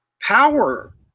power